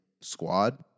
squad